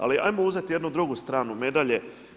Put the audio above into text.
Ali hajmo uzeti jednu drugu stranu medalje.